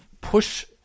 push